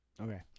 Okay